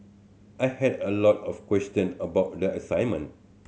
I had a lot of question about the assignment